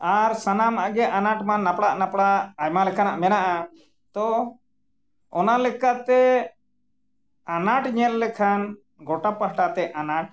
ᱟᱨ ᱥᱟᱱᱟᱢᱟᱜ ᱜᱮ ᱟᱱᱟᱴ ᱢᱟ ᱦᱟᱯᱲᱟᱜ ᱦᱟᱯᱲᱟᱜ ᱟᱭᱢᱟ ᱞᱮᱠᱟᱱᱟᱜ ᱢᱮᱱᱟᱜᱼᱟ ᱛᱚ ᱚᱱᱟ ᱞᱮᱠᱟᱛᱮ ᱟᱱᱟᱴ ᱧᱮᱞ ᱞᱮᱠᱷᱟᱱ ᱜᱚᱴᱟ ᱯᱟᱦᱴᱟᱛᱮ ᱟᱱᱟᱴ